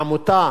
העמותה